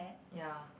ya